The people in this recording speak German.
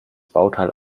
bauteil